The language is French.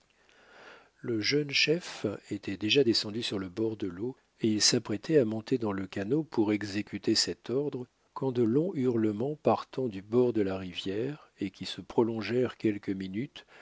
le jeune chef était déjà descendu sur le bord de l'eau et il s'apprêtait à monter dans le canot pour exécuter cet ordre quand de longs hurlements partant du bord de la rivière et qui se prolongèrent quelques minutes